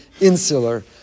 insular